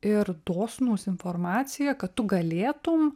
ir dosnūs informacija kad galėtum